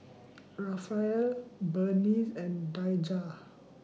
Rafael Berneice and Daijah